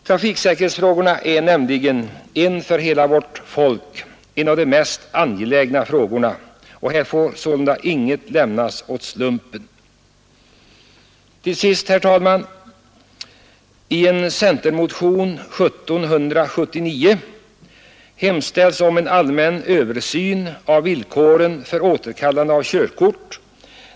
Trafiksäkerhetsfrågorna är nämligen för hela vårt folk en av de mest angelägna, och här får sålunda inget lämnas åt slumpen. Till sist, herr talman! I en centerpartimotion 1179 hemställs om en allmän översyn av villkoren för återkallande av körkort.